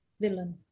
villain